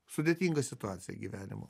sudėtinga situacija gyvenimo